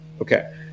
Okay